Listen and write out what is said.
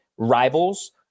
rivals